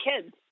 kids